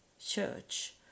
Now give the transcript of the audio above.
church